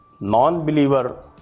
non-believer